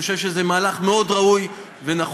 אני חושב שזה מהלך מאוד ראוי ונחוץ.